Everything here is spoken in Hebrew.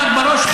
אחד בראש,